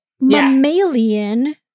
mammalian